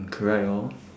correct hor